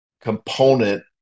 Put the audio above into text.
component